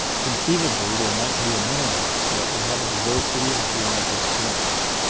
conceivably there might be a mineral that would have a diversity of geometric forms,